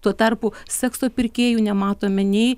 tuo tarpu sekso pirkėjų nematome nei